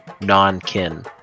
non-kin